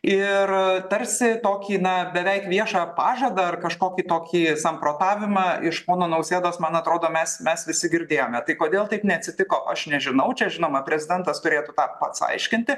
ir a tarsi tokį na beveik viešą pažadą ar kažkokį tokį samprotavimą iš pono nausėdos man atrodo mes mes visi girdėjome tai kodėl taip neatsitiko aš nežinau čia žinoma prezidentas turėtų ką pats aiškinti